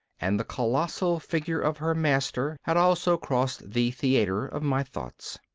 and the colossal figure of her master had also crossed the theatre of my thoughts.